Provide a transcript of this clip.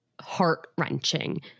heart-wrenching